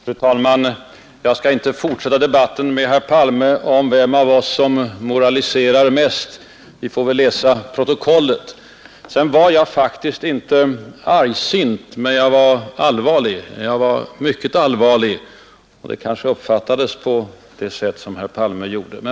Fru talman! Jag skall inte fortsätta debatten med herr Palme om vem av oss som moraliserar mest. Vi får väl läsa protokollet. Jag var faktiskt inte argsint, men jag var allvarlig, jag var mycket allvarlig, och det kanske uppfattades på det sätt som herr Palme gjorde.